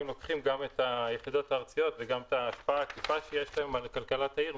אם לוקחים את היחידות הארציות ואת ההשפעה העקיפה שיש להן על כלכלת העיר,